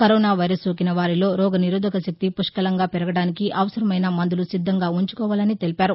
corona virus సోకిన వారిలో రోగనిరోధక శక్తి పుష్కలంగా పెరగడానికి అవసరమైన మందులు సిద్దంగా ఉంచుకోవాలని తెలిపారు